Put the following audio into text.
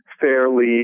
fairly